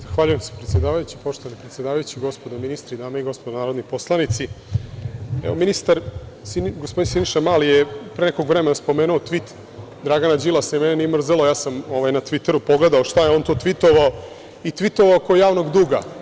Zahvaljujem se predsedavajući, gospodo ministri, dame i gospodo narodni poslanici, ministar, gospodin Siniša Mali je pre nekog vremena spomenuo „tvit“ Dragana Đilasa i mene nije mrzelo ja sam na „tviteru“ pogledao šta je on to „tvitovao“ i „tvitovao“ oko javnog duga.